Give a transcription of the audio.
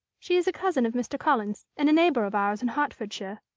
she is a cousin of mr. collins and a neighbour of ours in hertfordshire.